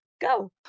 Go